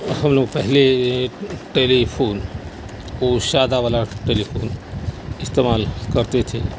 ہم لوگ پہلے ٹیلیفون وہ سادہ والا ٹیلیفون استعمال کرتے تھے